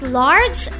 large